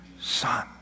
son